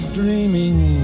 dreaming